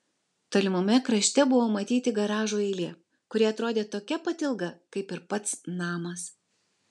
tolimame krašte buvo matyti garažų eilė kuri atrodė tokia pat ilga kaip ir pats namas